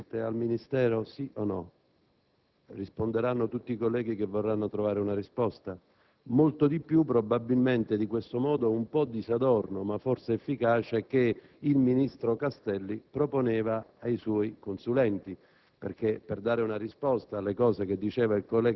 Era questo un compito che afferiva direttamente al Ministero, sì o no? Risponderanno tutti i colleghi che vorranno trovare una risposta. Molto di più probabilmente di questo che, in modo un po' disadorno, ma forse efficace, il ministro Castelli proponeva ai suoi consulenti;